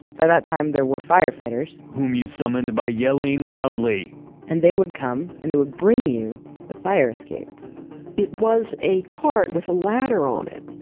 by that time there were fire fighters whom you summoned by yelling loudly and they would come and they would bring you the fire escape it was a cart with a ladder on it.